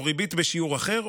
או ריבית בשיעור אחר,